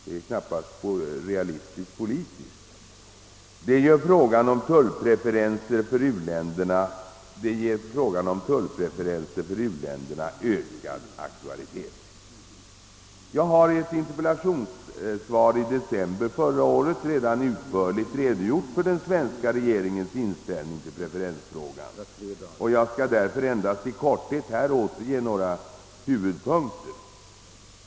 Det är knappast politiskt realistiskt: Detta ger frågan om tullpreferenser för u-länderna ökad aktualitet. Jag har i ett interpellationssvar i december förra året redan utförligt redogjort för den svenska regeringens inställning till preferensfrågan. Jag skall därför endast i korthet återge några huvudpunkter.